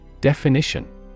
Definition